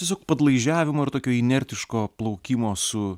tiesiog padlaižiavimo ir tokio inertiško plaukimo su